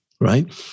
right